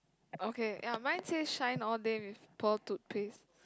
okay ya mine say shine all day with Paul toothpaste